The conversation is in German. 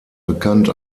bekannt